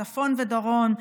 צפון לדרום,